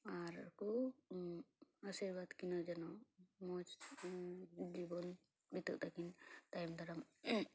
ᱟᱨ ᱠᱚ ᱟᱥᱤᱨᱵᱟᱫᱽ ᱟᱠᱤᱱᱟᱹ ᱡᱮᱱᱚ ᱢᱚᱡᱽ ᱡᱤᱵᱚᱱ ᱵᱤᱛᱟᱹ ᱛᱟᱹᱠᱤᱱ ᱛᱟᱭᱚᱢ ᱫᱟᱨᱟᱢ